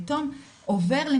עובר,